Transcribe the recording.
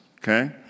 okay